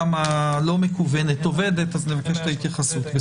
הלא מקוונת עובדת אז נבקש את ההתייחסות.